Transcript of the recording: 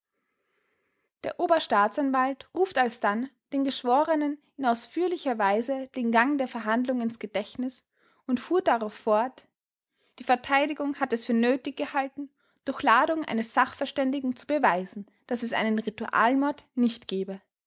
der oberstaatsanwalt ruft alsdann den geschworenen in ausführlicher weise den gang der verhandlung ins gedächtnis und fuhr darauf fort die verteidigung hat es für nötig gehalten durch ladung eines sachverständigen zu beweisen daß es einen ritualmord nicht gäbe